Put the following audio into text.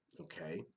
Okay